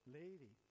lady